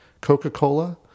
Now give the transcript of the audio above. Coca-Cola